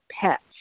pets